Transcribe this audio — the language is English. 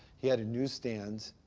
he had a newsstand,